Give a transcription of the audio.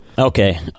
Okay